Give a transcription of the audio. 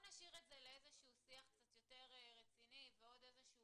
--- נשאיר את זה לשיח יותר רציני ועוד איזושהי